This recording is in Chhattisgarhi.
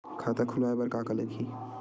खाता खुलवाय बर का का लगही?